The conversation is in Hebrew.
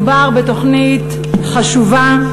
מדובר בתוכנית חשובה,